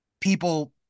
people